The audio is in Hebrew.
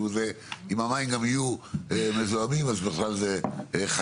אם המים גם יהיו מזוהמים אז בכלל זה "חגיגה".